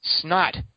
snot